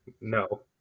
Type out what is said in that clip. no